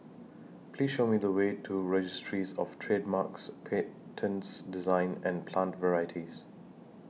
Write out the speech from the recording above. Please Show Me The Way to Registries of Trademarks Patents Designs and Plant Varieties